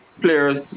players